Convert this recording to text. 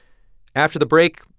after the break,